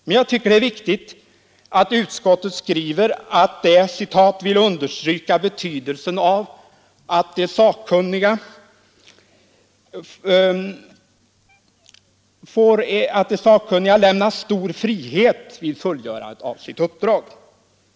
Men jag tycker det är riktigt att utskottet skriver att det ”vill understryka betydelsen av att de sakkunniga lämnas stor frihet vid fullgörandet av sitt uppdrag”.